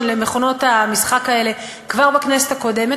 למכונות המשחק האלה כבר בכנסת הקודמת.